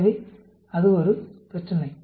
எனவே அது ஒரு பிரச்சினை